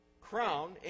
crown